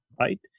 right